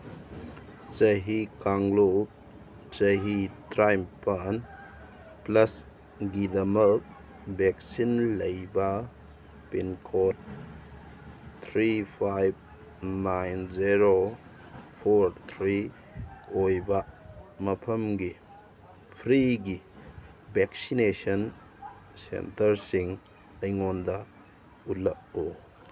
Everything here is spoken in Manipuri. ꯆꯍꯤ ꯀꯥꯡꯂꯨꯞ ꯆꯍꯤ ꯇꯔꯥꯅꯤꯄꯥꯜ ꯄ꯭ꯂꯁꯀꯤꯗꯃꯛ ꯚꯦꯛꯁꯤꯟ ꯂꯩꯕ pin code three five nine zero four three ꯑꯣꯏꯕ ꯃꯐꯝꯒꯤ ꯐ꯭ꯔꯤꯒꯤ ꯚꯦꯛꯁꯤꯅꯦꯁꯟ ꯁꯦꯟꯇꯔꯁꯤꯡ ꯑꯩꯉꯣꯟꯗ ꯎꯠꯂꯛꯎ